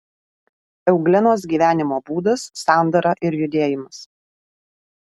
euglenos gyvenimo būdas sandara ir judėjimas